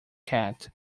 cat